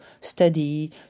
study